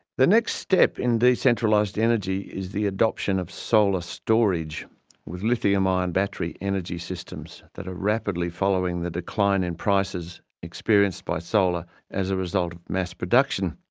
the next step in decentralised energy is the adoption of solar-storage with lithium ion battery energy systems that are rapidly following the decline in prices experienced by solar as a result of mass production.